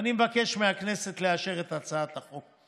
ואני מבקש מהכנסת לאשר את הצעת החוק.